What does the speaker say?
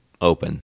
open